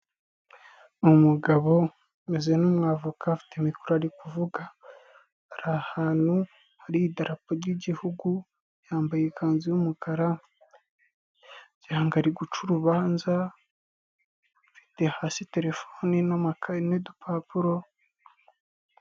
Umugabo umeze nk'umwavoka afite mikoro ari kuvugara, ari ahantu hari idarapo ry'igihugu, yambaye ikanzu y'umukara, ngira ngo ari guca urubanza afite hasi telefoni n'amakayi n'udupapuro.